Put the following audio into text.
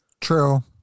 True